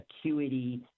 acuity